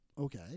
Okay